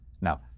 Now